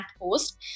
post